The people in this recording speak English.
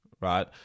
right